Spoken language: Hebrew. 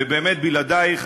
ובאמת, בלעדייך